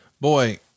Boy